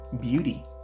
beauty